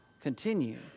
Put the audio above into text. continue